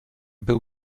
był